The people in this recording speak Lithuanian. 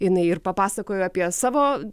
jinai ir papasakojo apie savo